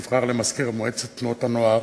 נבחר למזכיר מועצת תנועות הנוער,